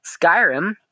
Skyrim